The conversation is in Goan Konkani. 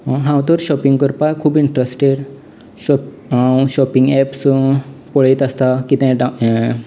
हांव तर शॉपिंग करपाक खूब इंटरस्टेड शोप हांव शॉपिंग ऍप्स पळयत आसता कितें डावलनोड